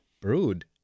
Brood